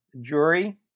jury